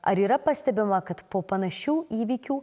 ar yra pastebima kad po panašių įvykių